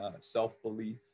self-belief